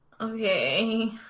Okay